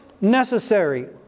necessary